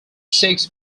six